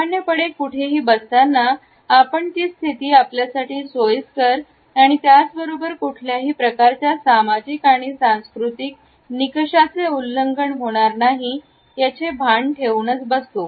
सामान्यपणे कुठेही बसतांना आपण ती स्थिती आपल्यासाठी सोयीस्कर आणि त्याचबरोबर कुठल्याही प्रकारच्या सामाजिक आणि सांस्कृतिक नीकशाचे उल्लंघन होणार नाही याचे भान ठेवूनच बसतो